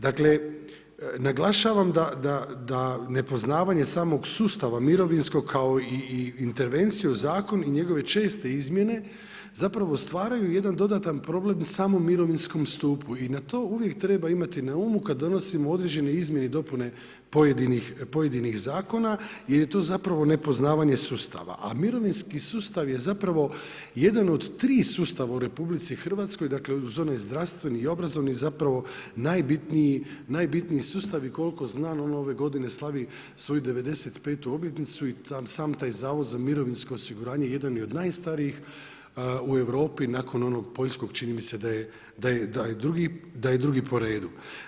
Dakle naglašavam da nepoznavanje samog sustava mirovinskog kao i intervenciju u zakon i njegove česte izmjene stvaraju jedan dodatan problem samom mirovinskom stupu i na to uvijek treba imati na umu kada donosimo određene izmjene i dopune pojedinih zakona jer je to nepoznavanje sustava, a mirovinski sustav je jedan od tri sustava u RH uz onaj zdravstveni i obrazovni najbitniji sustav i koliko znam on ove godine slavi svoju 95. obljetnicu i sam taj Zavod za mirovinsko osiguranje jedan je od najstarijih u Europi nakon onog poljskog, čini mi se da je drugi po redu.